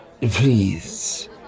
please